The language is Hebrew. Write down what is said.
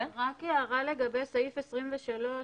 רק הערה לגבי סעיף 23(1),